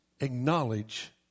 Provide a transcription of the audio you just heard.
acknowledge